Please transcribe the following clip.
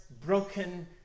broken